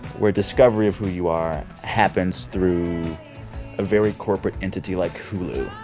where discovery of who you are happens through a very corporate entity like hulu